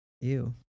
Ew